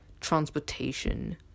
transportation